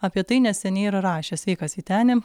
apie tai neseniai ir rašė sveikas vyteni